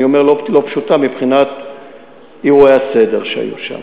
אני אומר "לא פשוטה" מבחינת אירועי הסדר שהיו שם.